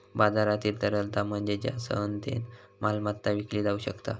बाजारातील तरलता म्हणजे ज्या सहजतेन मालमत्ता विकली जाउ शकता